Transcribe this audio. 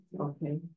Okay